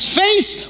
face